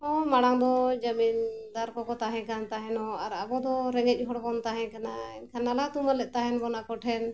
ᱚ ᱢᱟᱲᱟᱝ ᱫᱚ ᱡᱟᱢᱤᱱᱫᱟᱨ ᱫᱚᱠᱚ ᱛᱟᱦᱮᱸ ᱠᱟᱱ ᱛᱟᱦᱮᱱᱚᱜ ᱟᱨ ᱟᱵᱚ ᱫᱚ ᱨᱮᱸᱜᱮᱡ ᱦᱚᱲ ᱵᱚᱱ ᱛᱟᱦᱮᱸ ᱠᱟᱱᱟ ᱮᱱᱠᱷᱟᱱ ᱱᱟᱞᱦᱟ ᱛᱩᱢᱟᱹᱞᱮᱫ ᱛᱟᱦᱮᱱ ᱵᱚᱱ ᱟᱠᱚ ᱴᱷᱮᱱ